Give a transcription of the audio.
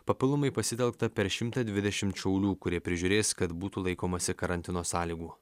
papildomai pasitelkta per šimtą dvidešimt šaulių kurie prižiūrės kad būtų laikomasi karantino sąlygų